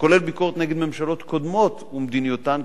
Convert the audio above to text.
וכולל ביקורת נגד ממשלות קודמות ומדיניותן,